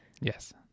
yes